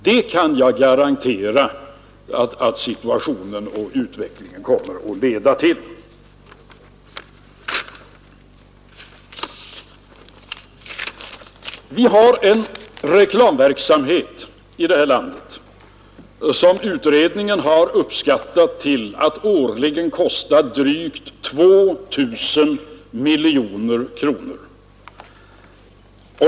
Det kan jag garantera att utvecklingen kommer att leda till. Vi har en reklamverksamhet i det här landet som utredningen har uppskattat till att årligen kosta drygt 2 000 miljoner kronor.